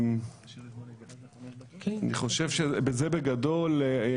אני חושב שזה בגדול.